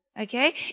Okay